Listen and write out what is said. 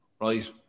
Right